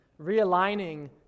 realigning